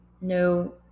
No